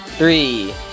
three